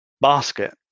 basket